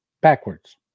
backwards